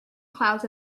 clouds